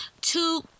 two